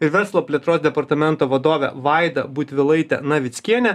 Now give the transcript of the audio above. ir verslo plėtros departamento vadovė vaida butvilaitė navickienė